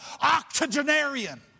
octogenarian